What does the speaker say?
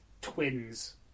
twins